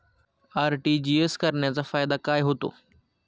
RTGS करण्याचा फायदा काय होतो?